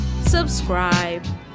subscribe